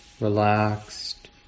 relaxed